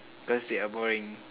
cause they are boring